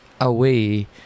away